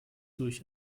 durch